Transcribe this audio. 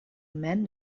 men